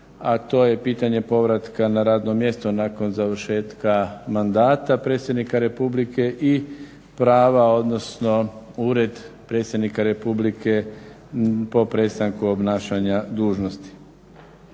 a to je pitanje povratka na radno mjesto nakon završetka mandata Predsjednika Republike i prava odnosno Ured predsjednika Republike po prestanku obnašanja dužnosti.